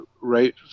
right